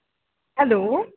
hello